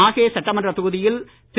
மாஹே சட்டமன்றத் தொகுதியில் திரு